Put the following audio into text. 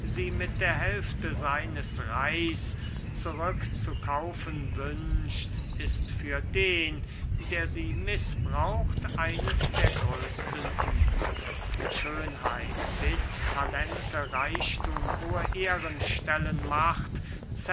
sie mit der hälfte seines reichs zurückzukaufen wünscht ist für den der sie mißbraucht eines der größten übel schönheit witz talente reichthum hohe ehrenstellen macht